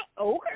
Okay